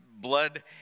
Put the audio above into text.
blood